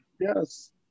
yes